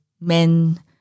men